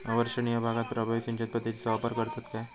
अवर्षणिय भागात प्रभावी सिंचन पद्धतीचो वापर करतत काय?